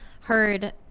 heard